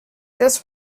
this